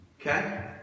Okay